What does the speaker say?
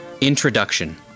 Introduction